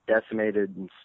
decimated